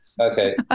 Okay